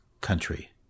country